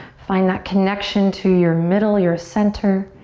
find that connection to your middle, your center.